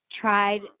tried